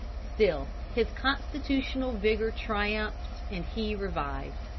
still his constitutional vigor triumphed, and he revived.